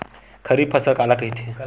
खरीफ फसल काला कहिथे?